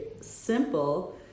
simple